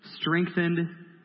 strengthened